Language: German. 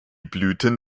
blüten